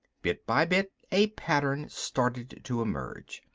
bit by bit a pattern started to emerge.